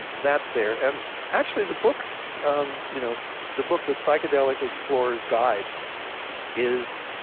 that's there. and actually the book um you know the book the psychedelic explorer's guide is